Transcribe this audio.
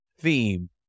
theme